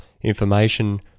information